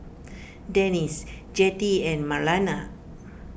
Denisse Jettie and Marlana